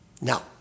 Now